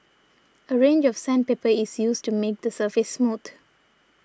a range of sandpaper is used to make the surface smooth